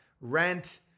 rent